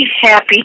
happy